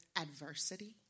adversity